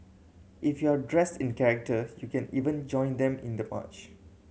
if you're dressed in character you can even join them in the march